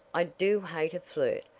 i do hate a flirt,